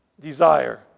desire